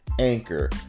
Anchor